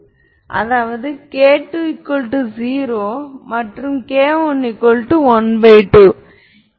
அதாவது dot product பூஜ்ஜியமாக இருக்க வேண்டும்